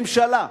ממשלה,